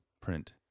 print